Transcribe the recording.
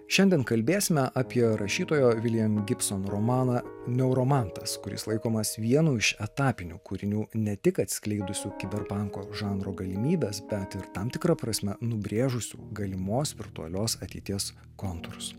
šiandien kalbėsime apie rašytojo williamo gibsono romaną neuromantas kuris laikomas vienu iš etapinių kūrinių ne tik atskleidusių kiberpanko žanro galimybes bet ir tam tikra prasme nubrėžusių galimos virtualios ateities kontūrus